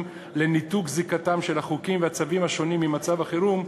לניתוק זיקתם של החוקים והצווים השונים ממצב החירום,